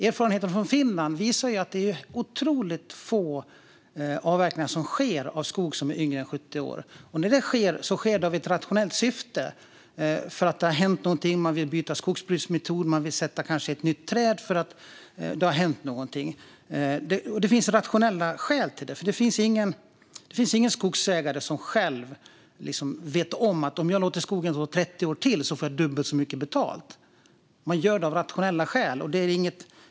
Erfarenheten från Finland visar att det är otroligt få avverkningar som sker av skog som är yngre än 70 år. Och när de sker, sker de i ett rationellt syfte. Det kan ha hänt någonting, man vill byta skogsbruksmetod eller man kanske vill sätta ett nytt träd. Det finns rationella skäl. Det finns inga skogsägare som tänker att om man låter skogen stå i 30 år till får man dubbelt så mycket betalt, utan man gör detta av rationella skäl.